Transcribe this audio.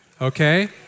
Okay